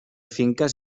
finques